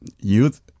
youth